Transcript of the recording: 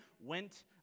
went